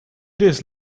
days